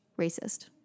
racist